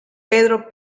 pedro